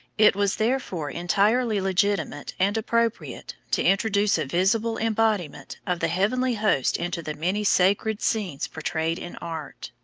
it was therefore entirely legitimate and appropriate to introduce a visible embodiment of the heavenly hosts into the many sacred scenes portrayed in art,